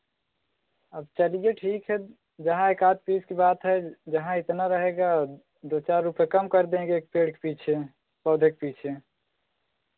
अब चलिए ठीक है जहाँ एकाध पीस की बात है जहाँ इतना रहेगा दो चार रुपए कम कर देंगे एक पेड़ के पीछे पौधे के पीछे